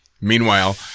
Meanwhile